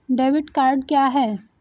Debit card क्या है?